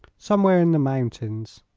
somewhere in the mountains,